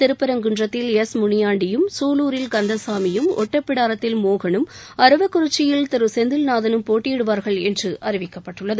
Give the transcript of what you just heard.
திருப்பரங்குன்றத்தில் திரு எஸ் முனியாண்டியும் சூலூரில் திரு கந்தசாமியும் ஒட்டப்பிடாரத்தில் திரு மோகனும் அரவக்குறிச்சியில் திரு செந்தில் நாதனும் போட்டியிடுவார்கள் என்று அறிவிக்கப்பட்டுள்ளது